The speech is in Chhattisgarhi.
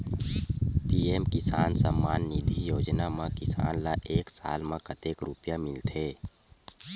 पी.एम किसान सम्मान निधी योजना म किसान ल एक साल म कतेक रुपिया मिलथे?